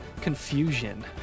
confusion